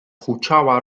huczała